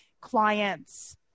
clients